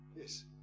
yes